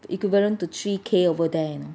equivalent to three K over there